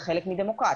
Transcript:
זה חלק מדמוקרטיה.